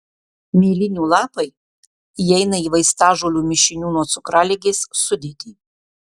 mėlynių lapai įeina į vaistažolių mišinių nuo cukraligės sudėtį